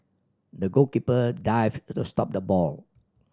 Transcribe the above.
the goalkeeper dived to the stop the ball